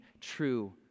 true